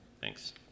Thanks